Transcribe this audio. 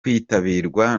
kwitabirwa